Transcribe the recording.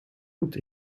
roet